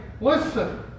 listen